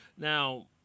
Now